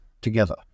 together